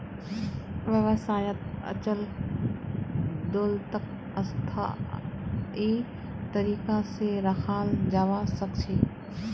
व्यवसायत अचल दोलतक स्थायी तरीका से रखाल जवा सक छे